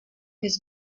his